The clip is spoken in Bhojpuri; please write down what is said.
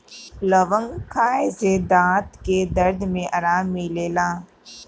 लवंग खाए से दांत के दरद में आराम मिलेला